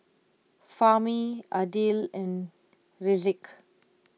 Fahmi Aidil and Rizqi